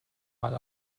mal